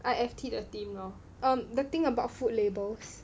I_F_T the team lor um the thing about food labels